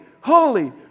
holy